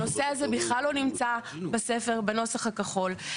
הנושא הזה בכלל לא נמצא בספר, בנוסח הכחול.